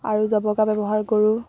আৰু জবকা ব্যৱহাৰ কৰোঁ